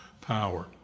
power